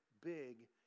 big